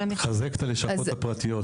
לחזק את הלשכות הפרטיות.